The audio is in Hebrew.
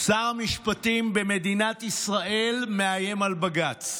שר המשפטים במדינת ישראל מאיים על בג"ץ.